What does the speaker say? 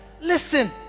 listen